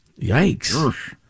Yikes